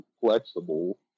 flexible